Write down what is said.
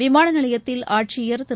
விமான நிலையத்தில் ஆட்சியர் திரு